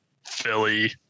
Philly